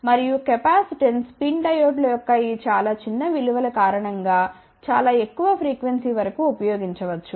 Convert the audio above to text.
మరియు capacitance PIN డయోడ్ల యొక్క ఈ చాలా చిన్న విలువ కారణం గా చాలా ఎక్కువ ఫ్రీక్వెన్సీ వరకు ఉపయోగించవచ్చు